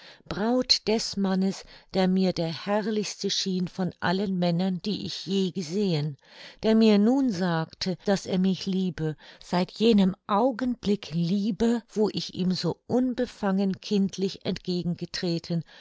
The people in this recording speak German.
braut des mannes der mir der herrlichste schien von allen männern die ich je gesehen der mir nun sagte daß er mich liebe seit jenem augenblicke liebe wo ich ihm so unbefangen kindlich